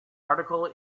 article